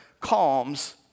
calms